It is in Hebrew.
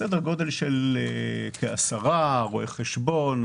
סדר גודל של כעשרה רואה חשבון,